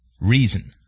reason